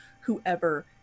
whoever